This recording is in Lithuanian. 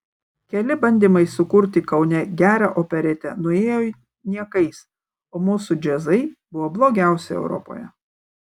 keli bandymai sukurti kaune gerą operetę nuėjo niekais o mūsų džiazai buvo blogiausi europoje